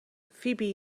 فیبی